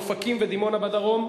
אופקים ודימונה בדרום,